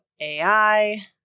AI